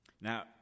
Now